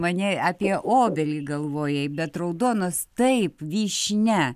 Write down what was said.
manei apie obelį galvojai bet raudonos taip vyšnia